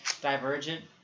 Divergent